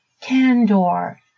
candor